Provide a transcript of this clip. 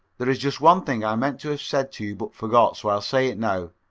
there's just one thing i meant to have said to you but forgot, so i'll say it now.